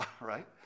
right